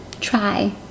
Try